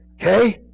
Okay